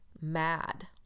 mad